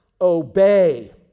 Obey